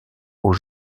aux